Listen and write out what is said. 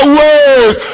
ways